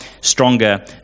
stronger